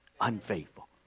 unfaithful